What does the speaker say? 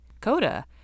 coda